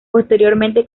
posteriormente